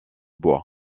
bois